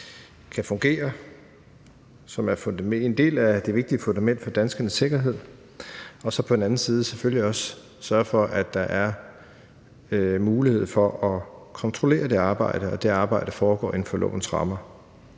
kan fungere, og som er en del af det vigtige fundament for danskernes sikkerhed, og at vi på den anden side selvfølgelig også sørger for, at der er mulighed for at kontrollere det arbejde, og at det arbejde foregår inden for lovens rammer.